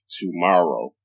tomorrow